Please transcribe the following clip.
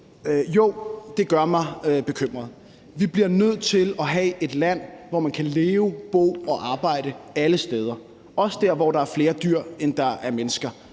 jo, det gør mig bekymret. Vi bliver nødt til at have et land, hvor man kan leve, bo og arbejde alle steder, også der, hvor der er flere dyr, end der er mennesker